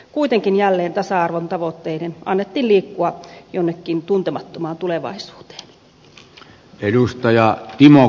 kuitenkin jälleen tasa arvon tavoitteiden annettiin liikkua jonnekin tuntemattomaan tulevaisuuteen